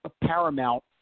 paramount